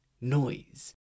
noise